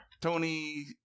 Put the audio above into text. Tony